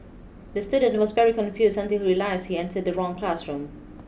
the student was very confused until he realised he entered the wrong classroom